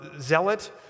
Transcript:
zealot